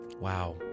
Wow